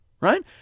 right